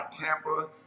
Tampa